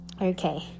okay